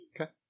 Okay